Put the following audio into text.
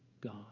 God